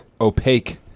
opaque